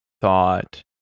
thought